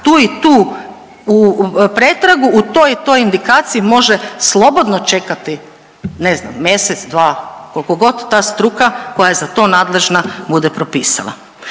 tu i tu pretragu u toj i toj indikaciji može slobodno čekati, ne znam, mjesec, dva, koliko god ta struka koja je za to nadležan bude propisala.